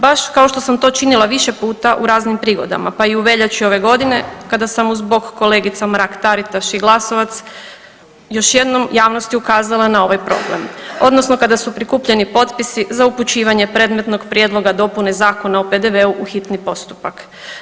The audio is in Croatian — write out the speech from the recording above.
Baš kao što sam to činila više puta u raznim prigodama, pa i u veljači ove godine, kada sam uz bok kolegica Mrak-Taritaš i Glasovac još jednom javnosti ukazala na ovaj problem, odnosno kada su prikupljeni potpisi za upućivanje predmetnog Prijedloga Zakona o PDV-u u hitni postupak.